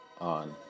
on